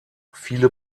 viele